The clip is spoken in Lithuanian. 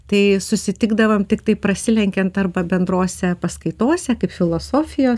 tai susitikdavom tiktai prasilenkiant arba bendrose paskaitose kaip filosofijos man